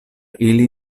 ili